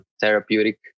therapeutic